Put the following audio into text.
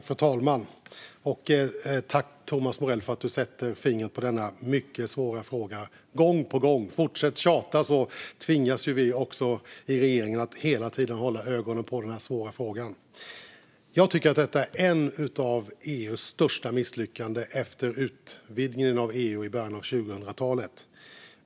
Fru talman! Jag tackar Thomas Morell för att han sätter fingret på denna mycket svåra fråga gång på gång. Fortsätt tjata, så tvingas vi i regeringen att hela tiden hålla ögonen på den svåra frågan! Jag tycker att detta är ett av EU:s största misslyckanden efter utvidgningen av EU i början av 2000-talet.